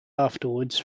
afterwards